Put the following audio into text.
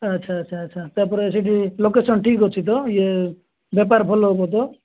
ଆଚ୍ଛା ଆଚ୍ଛା ଆଚ୍ଛା ତାପରେ ସେଠି ଲୋକେସନ୍ ଠିକ ଅଛି ତ ଇଏ ବେପାର ଭଲ ହେବ ତ